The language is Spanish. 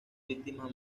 víctima